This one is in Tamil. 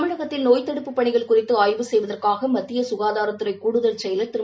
தமிழகத்தில் நோய்த் நதடுப்புப் பணிகள் குறித்து ஆய்வு செய்வதற்காக வந்துள்ள மத்திய சுகாதாரத்துறை கூடுதல் செயலர் திரு